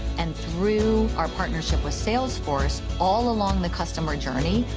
and through our partnership with sales force all along the customer journey,